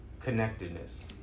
connectedness